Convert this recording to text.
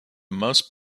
most